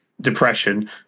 depression